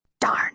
Darn